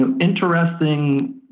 interesting